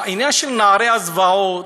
העניין של נערי הזוועות,